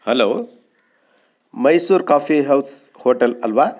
hello Mysore coffee house hotel ಅಲ್ಲವಾ